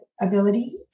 ability